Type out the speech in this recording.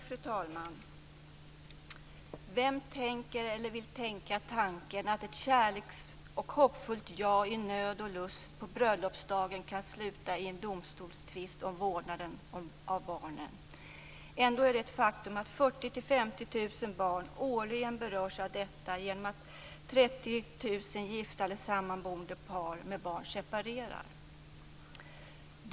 Fru talman! Vem tänker eller vill tänka tanken att ett kärleks och hoppfullt ja i nöd och lust på bröllopsdagen kan sluta i en domstolstvist om vårdnaden av barnen? Ändå är det ett faktum att 40 000-50 000 barn årligen berörs av detta genom att 30 000 gifta eller sammanboende par med barn separerar.